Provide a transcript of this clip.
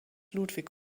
ludwig